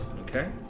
Okay